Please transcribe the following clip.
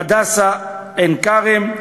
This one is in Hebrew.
"הדסה עין-כרם",